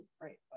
right